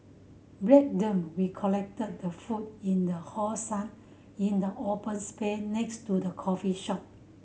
break them we collected the food in the hot sun in the open space next to the coffee shop